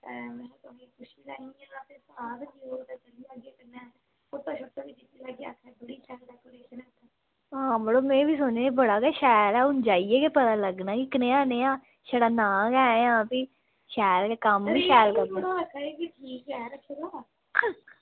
आं मड़ो में बी सुनेआ बड़ा ई शैल ऐ हून जाइयै पता लग्गना कनेहा नेहा छड़ा नांऽ गै जां कम्म बी शैल करने